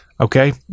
okay